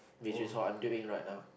which I what I'm doing right now